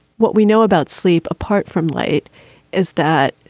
what we know about sleep apart from light is that,